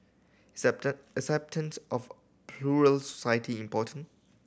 acceptance of plural society important